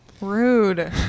Rude